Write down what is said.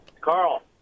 Carl